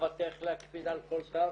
מחובתך להקפיד על כל תו.